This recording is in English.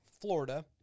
Florida